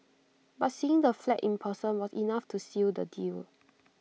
but seeing the flat in person was enough to seal the deal